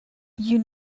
you